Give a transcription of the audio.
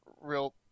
real